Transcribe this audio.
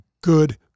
good